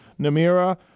Namira